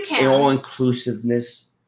all-inclusiveness